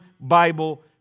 Bible